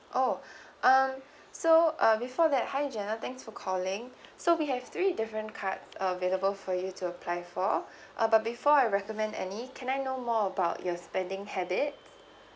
oh um so uh before that hi jenna thanks for calling so we have three different cards available for you to apply for uh but before I recommend any can I know more about your spending habit